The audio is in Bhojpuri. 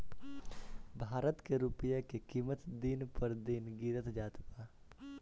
भारत के रूपया के किमत दिन पर दिन गिरत जात बा